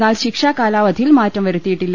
എന്നാൽ ശിക്ഷാകാ ലാവധിയിൽ മാറ്റം വരുത്തിയിട്ടില്ല